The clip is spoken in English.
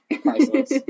Priceless